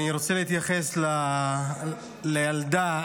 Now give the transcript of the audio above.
אנחנו רוצים שיתעללו בילדים שלנו?